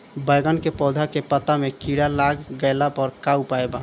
बैगन के पौधा के पत्ता मे कीड़ा लाग गैला पर का उपाय बा?